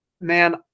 Man